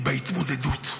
היא בהתמודדות,